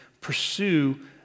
pursue